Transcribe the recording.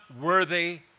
worthy